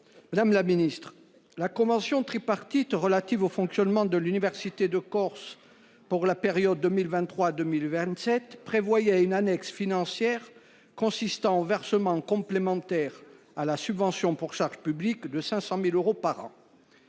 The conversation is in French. Madame la secrétaire d’État, la convention tripartite relative au fonctionnement de l’université de Corse pour la période 2023 2027 prévoyait une annexe financière consistant en un versement complémentaire à la subvention pour charges de service public de 500 000 euros par an.